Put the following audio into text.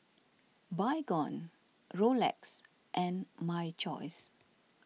Baygon Rolex and My Choice